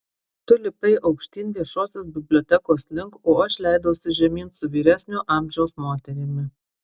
tu lipai aukštyn viešosios bibliotekos link o aš leidausi žemyn su vyresnio amžiaus moterimi